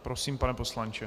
Prosím, pane poslanče.